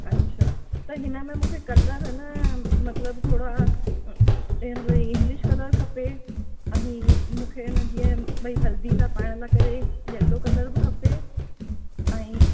अछा त हिन में मूंखे कलर आहिनि न मतिलबु थोरा ऐं इंग्लिश कलर खपे ऐं मूंखे न जीअं बई हल्दी लाइ पाइण लाइ करे येलो कलर बि खपे ऐं